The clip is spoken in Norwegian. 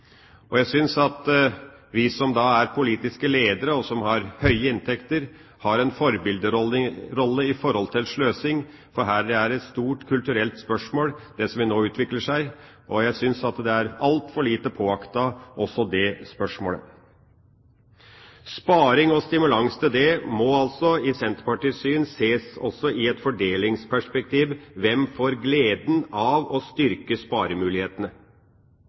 på. Jeg synes at vi som er politiske ledere, og som har høye inntekter, har en forbilderolle når det gjelder sløsing, for det er et stort kulturelt spørsmål, det som nå utvikler seg, og jeg synes at også det spørsmålet er altfor lite påaktet. Sparing og stimulans til det må altså etter Senterpartiets syn ses også i et fordelingsperspektiv: Hvem får glede av å styrke sparemulighetene?